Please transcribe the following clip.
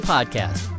Podcast